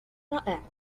رائع